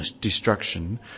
destruction